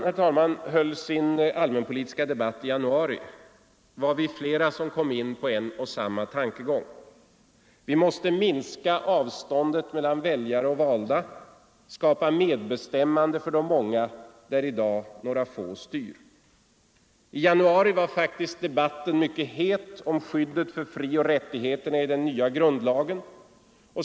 När riksdagen höll sin allmänpolitiska debatt i januari var vi flera som kom in på en och samma tankegång: vi måste minska avståndet mellan väljare och valda, skapa medbestämmande för de många där i dag några få styr. I januari var debatten mycket het om skyddet för frioch rättigheterna i den nya grundlagen.